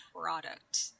product